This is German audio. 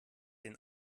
den